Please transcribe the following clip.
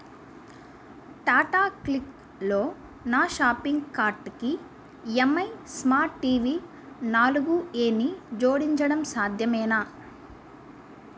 టాటా క్లిక్లో నా షాపింగ్ కార్ట్కి M I smart T V నాలుగు ఏని జోడించడం సాధ్యమేనా